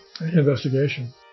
investigation